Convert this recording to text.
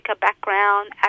background